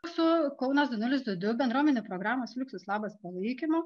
su kaunas du nulis du du bendruomenių programos fliuksus labas palaikymu